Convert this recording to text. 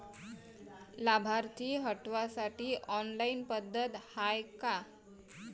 लाभार्थी हटवासाठी ऑनलाईन पद्धत हाय का?